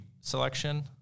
selection